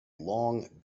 long